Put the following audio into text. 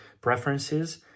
preferences